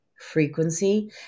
frequency